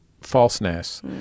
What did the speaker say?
falseness